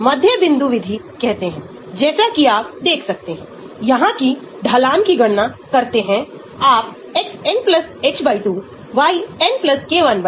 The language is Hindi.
यह मात्रा है प्रतिस्थापी माप की यह एकdescriptor है जिसकी हम गणना कर सकते हैं जिसे मोलर रेफ्रेक्टिविटी कहा जाता है